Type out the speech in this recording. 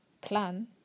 plan